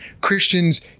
Christians